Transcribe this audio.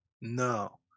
No